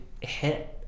hit